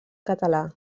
català